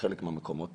בחלק מהמקומות